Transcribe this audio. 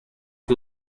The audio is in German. auf